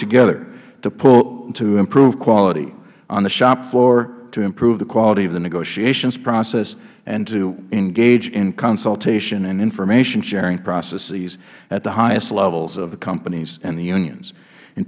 together to pull to improve quality on the shop floor to improve the quality of the negotiations process and to engage in consultation and informationsharing processes at the highest levels of the companies and the unions in